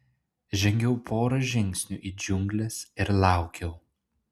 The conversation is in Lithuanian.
žengiau porą žingsnių į džiungles ir laukiau